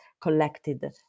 collected